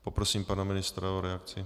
Poprosím pana ministra o reakci.